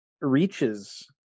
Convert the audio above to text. reaches